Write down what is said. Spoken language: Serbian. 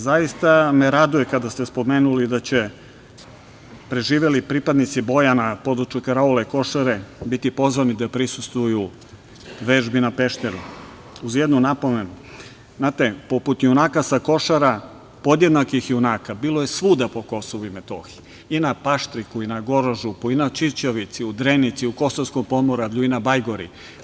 Zaista me raduje kada ste spomenuli da će preživeli pripadnici boja na području karaule Košare biti pozvati da prisustvuju vežbi na Pešteru uz jednu napomenu – znate, poput junaka sa Košara podjednakih junaka bilo je svuda po Kosovu i Metohiji i na Paštriku i na Gorožupu i na Ćićevici, u Drenici, u Kosovskom pomoravlju i na Bajgori.